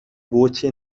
voce